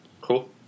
Cool